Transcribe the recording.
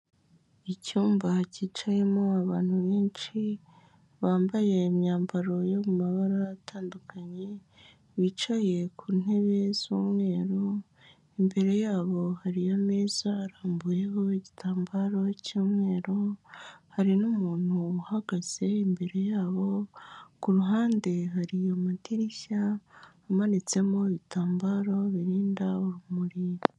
Icyumba cyicayemo abantu benshi, bambaye imyambaro yo mu mabara atandukanye, bicaye ku ntebe z'umweru, imbere yabo hari ameza arambuyeho igitambaro cy'umweru, hari n'umuntu uhagaze imbere yabo, ku ruhande hari amadirishya amanitsemo ibitambaro birinda urumuri.